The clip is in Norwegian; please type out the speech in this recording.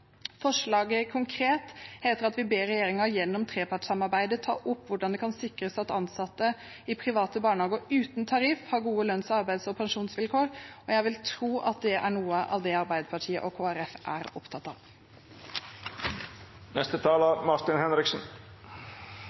Forslaget konkret heter at vi «ber regjeringen gjennom trepartssamarbeidet ta opp hvordan det kan sikres at ansatte i private barnehager uten tariffavtaler har gode lønns-, arbeids- og pensjonsvilkår». Jeg vil tro at det er noe av det Arbeiderpartiet og Kristelig Folkeparti er opptatt